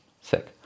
Sick